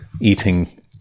eating